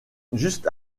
juste